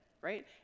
Right